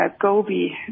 Gobi